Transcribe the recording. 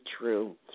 true